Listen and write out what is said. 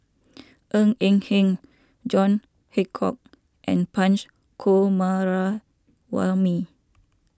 Ng Eng Hen John Hitchcock and Punch Coomaraswamy